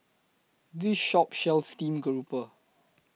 This Shop sells Steamed Garoupa